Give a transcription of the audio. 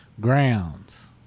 grounds